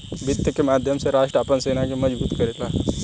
वित्त के माध्यम से राष्ट्र आपन सेना के मजबूत करेला